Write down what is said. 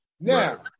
Now